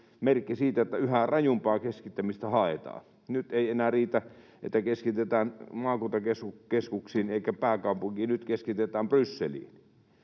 merkki siitä, että yhä rajumpaa keskittämistä haetaan. Nyt ei enää riitä, että keskitetään maakuntakeskuksiin ja pääkaupunkiin — nyt keskitetään Brysseliin.